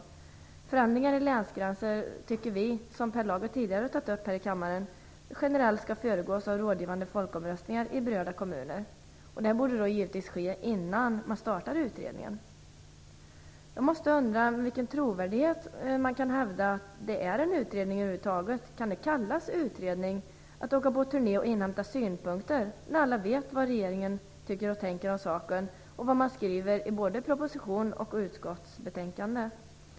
Vi anser att förändringar av länsgränser - som Per Lager tidigare har tagit upp - generellt skall föregås av rådgivande folkomröstningar i berörda kommuner. Detta borde givetvis genomföras innan man startar utredningen. Jag undrar med vilken trovärdighet man kan hävda att det är fråga om en utredning över huvud taget. Kan det kallas utredning om man åker på turné och inhämtar synpunkter, när alla vet vad regeringen tycker och tänker om saken och vad man skriver i både propositionen och utskottsbetänkandet?